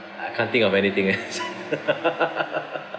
I can't think of anything else